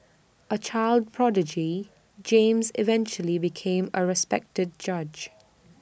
A child prodigy James eventually became A respected judge